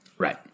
right